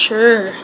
Sure